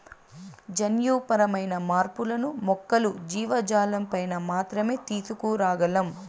జన్యుపరమైన మార్పులను మొక్కలు, జీవజాలంపైన మాత్రమే తీసుకురాగలం